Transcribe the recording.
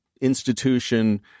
institution